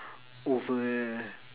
over